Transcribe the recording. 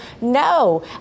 No